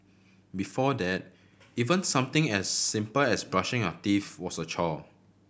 before that even something as simple as brushing your teeth was a chore